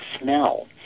smell